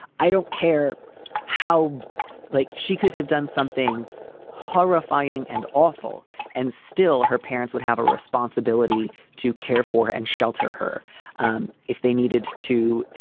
i don't care how like she could have done something horrifying and awful and still her parents would have a responsibility to care for and shelter her um if they needed to,